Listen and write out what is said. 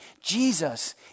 Jesus